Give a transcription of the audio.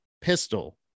Pistol